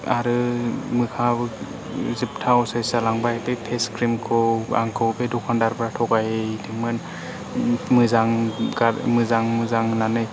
आरो मोखाङाबो जोबथा असाइस जालांबाय बे फेस क्रिमखौ आंखौ बे दखानदारफ्रा थगायदोंमोन मोजां मोजां होननानै